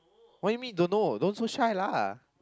what you mean don't know don't so shy lah